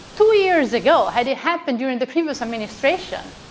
two years ago, had it happened during the previous administration,